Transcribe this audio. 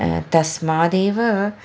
तस्मादेव